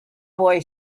boy